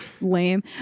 lame